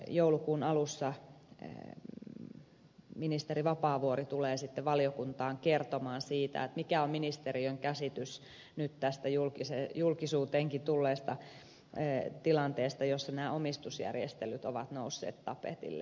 joulukuun alussa ministeri vapaavuori tulee sitten valiokuntaan kertomaan siitä mikä on ministeriön käsitys nyt tästä julkisuuteenkin tulleesta tilanteesta jossa nämä omistusjärjestelyt ovat nousseet tapetille